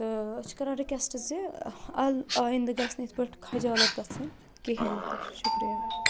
تہٕ أسۍ چھِ کَران رِکٮ۪سٹ زِ اَل آیِندٕ گژھِ نہٕ یِتھ پٲٹھۍ خَجالَت گژھٕنۍ کِہینۍ تہِ شُکریہ